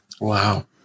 Wow